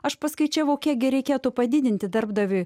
aš paskaičiavau kiek reikėtų padidinti darbdaviui